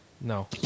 no